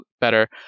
better